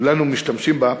כולנו משתמשים בה,